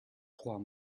trois